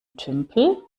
tümpel